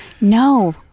No